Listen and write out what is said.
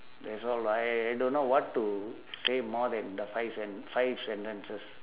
that's all I I I don't know what to say more than the five sen~ five sentences